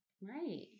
right